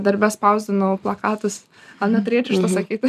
darbe spausdinau plakatus gal neturėčiau šito sakyti